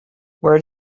where